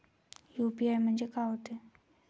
UPI म्हणजे का होते?